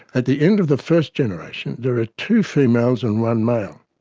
at the end of the first generation there are two females and one male.